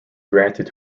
granted